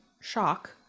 shock